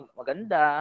maganda